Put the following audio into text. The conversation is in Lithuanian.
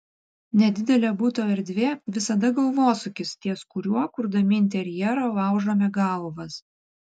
nedidelė buto erdvė visada galvosūkis ties kuriuo kurdami interjerą laužome galvas